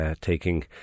taking